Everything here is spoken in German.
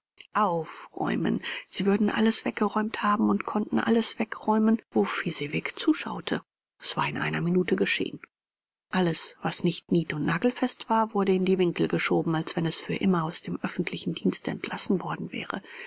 aufräumen sie würden alles weggeräumt haben und konnten alles wegräumen wo fezziwig zuschaute es war in einer minute geschehen alles was nicht niet und nagelfest war wurde in die winkel geschoben als wenn es für immer aus dem öffentlichen dienste entlassen worden wäre